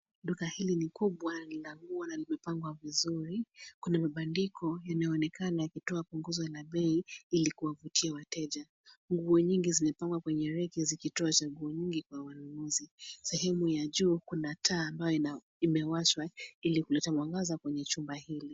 Duka hili ni kubwa na lina nguo na limepangwa vizuri. Kuna mabandiko yanayoonekana yakitoa punguzo la bei ili kuwavutia wateja. Nguo nyingi zimepangwa kwenye reki zikitoa chaguo nyingi kwa wanunuzi. Sehemu ya juu, kuna taa ambayo imewashwa ili kuleta mwangaza kwenye chumba hili.